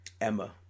Emma